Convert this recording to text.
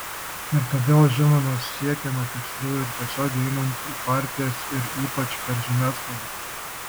ir todėl žinoma siekiama tikslų ir tiesiogiai einant į partijas ir ypač per žiniasklaidą